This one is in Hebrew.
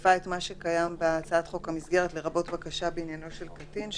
לרבות בקשה בעניינו של קטין,